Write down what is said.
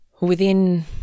within-